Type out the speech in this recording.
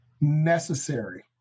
necessary